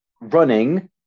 running